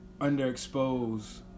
underexposed